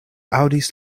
aŭdis